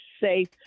safe